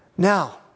Now